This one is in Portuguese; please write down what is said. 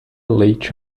leite